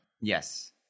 Yes